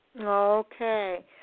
Okay